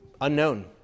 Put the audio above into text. unknown